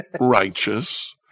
righteous